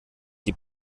die